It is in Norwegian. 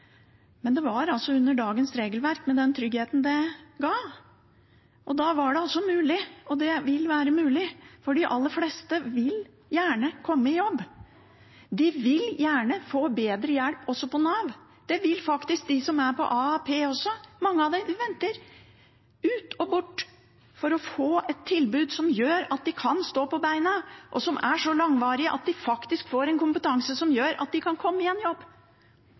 Men det var altså med dagens regelverk, og med den tryggheten det ga. Da var det mulig, og det vil være mulig, for de aller fleste vil gjerne komme i jobb. De vil gjerne få bedre hjelp av Nav. Det vil faktisk også de som er på AAP. Mange av dem venter – ut og bort – for å få et tilbud som gjør at de kan stå på beina, og som er så langvarig at de faktisk får kompetanse som gjør at de kan komme i jobb, der de får en